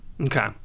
Okay